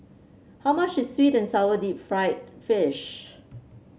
how much is sweet and sour Deep Fried Fish